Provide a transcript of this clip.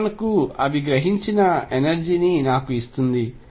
అది మనకు అవి గ్రహించిన ఎనర్జీ ని నాకు ఇస్తుంది